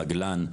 מגלן,